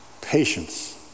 patience